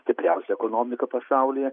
stipriausia ekonomika pasaulyje